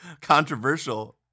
controversial